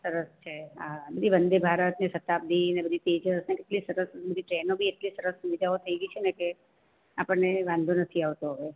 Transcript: સરસ છે આ બધી વંદે ભારત ને શતાબ્દી ને બધી તેજસ ને કેટલી સરસ બધી ટ્રેનો બી એટલી સરસ સુવિધાઓ થઈ ગઈ છે ને કે આપણને વાંધો નથી આવતો હવે